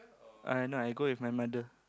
uh no I go with my mother